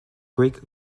greek